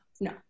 No